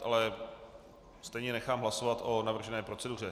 Ale stejně nechám hlasovat o navržené proceduře.